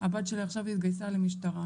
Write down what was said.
הבת שלי עכשיו התגייסה למשטרה,